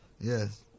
Yes